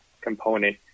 component